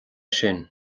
sin